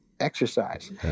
exercise